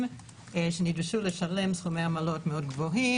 שנדרשו לשלם סכומי עמלות מאוד גבוהים,